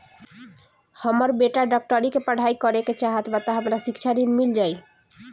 हमर बेटा डाक्टरी के पढ़ाई करेके चाहत बा त हमरा शिक्षा ऋण मिल जाई?